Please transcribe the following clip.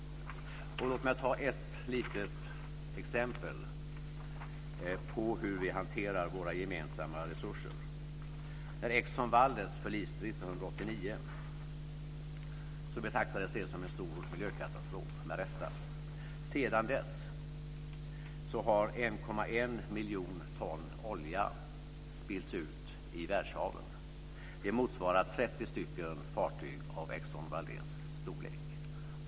Låt mig ge ett litet exempel på hur vi hanterar våra gemensamma resurser. När Exxon Valdez förliste 1989 betraktades det som en stor miljökatastrof - med rätta. Sedan dess har 1,1 miljon ton olja spillts ut i världshaven. Det motsvarar 30 fartyg av Exxon Valdez storlek.